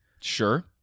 Sure